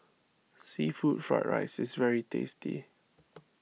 Seafood Fried Rice is very tasty